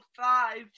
five